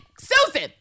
Susan